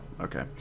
okay